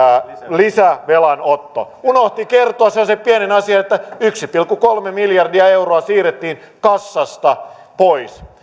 lisävelanotto hän unohti kertoa sellaisen pienen asian että yksi pilkku kolme miljardia euroa siirrettiin kassasta pois